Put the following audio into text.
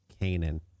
Canaan